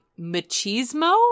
machismo